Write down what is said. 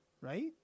Right